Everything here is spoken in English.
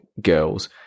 girls